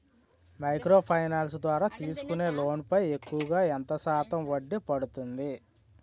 Micro finance ద్వారా తీసుకునే loan పై ఎక్కువుగా ఎంత శాతం వడ్డీ పడుతుంది?